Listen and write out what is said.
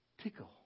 Tickle